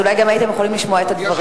אז אולי גם הייתם יכולים לשמוע את הדברים.